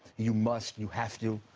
you must, you have to,